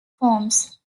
forms